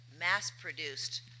mass-produced